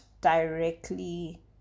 directly